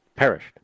Perished